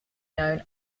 known